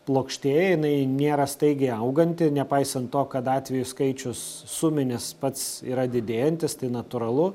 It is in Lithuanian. plokštėja jinai nėra staigiai auganti nepaisant to kad atvejų skaičius suminis pats yra didėjantis tai natūralu